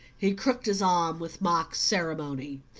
he crooked his arm with mock ceremony.